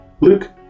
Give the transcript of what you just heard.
Luke